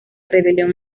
rebelión